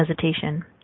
hesitation